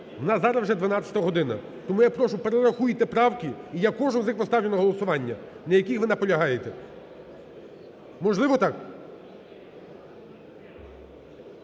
в нас зараз вже 12 година. Тому я прошу, перерахуйте правки, і я кожну з них поставлю на голосування, на яких ви наполягаєте. Можливо так?